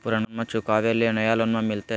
पुर्नका लोनमा चुकाबे ले नया लोन मिलते?